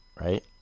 right